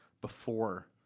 before-